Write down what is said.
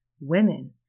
women